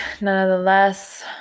nonetheless